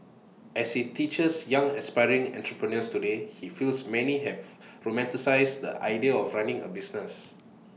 as he teaches young aspiring entrepreneurs today he feels many have romanticised the idea of running A business